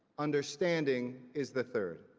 understanding is the third.